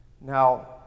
Now